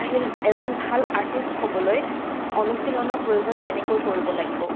আহিল এজন ভাল আৰ্টিষ্ট হ'বলৈ অনুশীলনৰ প্ৰয়োজন কেনেকৈ কৰিব লাগিব